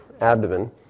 abdomen